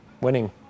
Winning